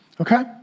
okay